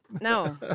no